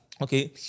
Okay